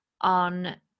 on